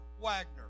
Wagner